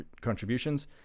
contributions